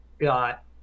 got